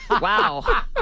Wow